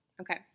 Okay